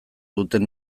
duten